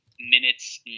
minutes